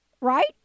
Right